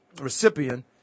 recipient